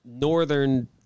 Northern